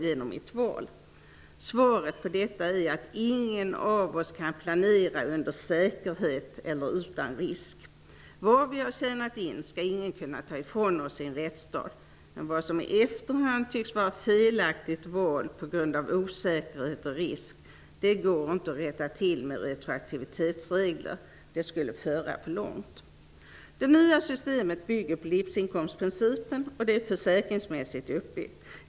Argumentet mot detta är att ingen av oss kan planera med säkerhet eller utan risk. Vad vi har tjänat in skall ingen kunna ta ifrån oss i en rättsstat, men det som i efterhand tycks vara felaktiga val på grund av osäkerhet går inte att rätta till med retroaktivitetsregler. Det skulle föra för långt. Det nya systemet bygger på livsinkomstprincipen och det är försäkringsmässigt uppbyggt.